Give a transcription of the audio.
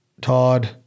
Todd—